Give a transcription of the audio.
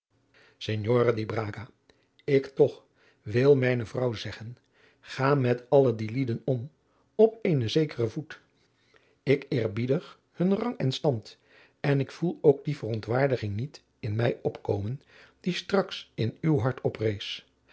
braga ik toch wil mijne vrouw zeggen ga met alle die lieden om op eenen zekeren voet ik eerbiedig hunn rang en stand en ik voel ook die verontwaardiging niet in mij opkomen die straks in uw hart